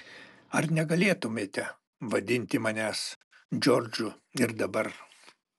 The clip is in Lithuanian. ar negalėtumėte vadinti manęs džordžu ir dabar